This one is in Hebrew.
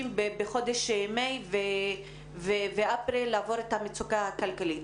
בחודשים אפריל ומאי לעבור את המצוקה הכלכלית.